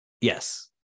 Yes